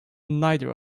neither